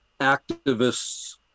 activists